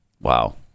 Wow